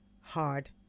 hard